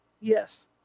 Yes